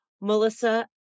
Melissa